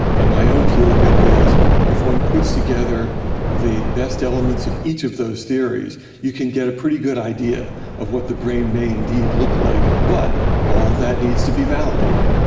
and my own view of it is if one puts together the best elements of each of those theories you can get a pretty good idea of what the brain may indeed look like. but all of that needs to be validated.